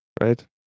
right